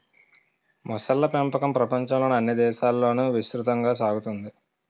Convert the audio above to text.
మొసళ్ళ పెంపకం ప్రపంచంలోని అన్ని దేశాలలోనూ విస్తృతంగా సాగుతోంది